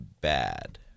bad